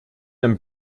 and